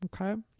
okay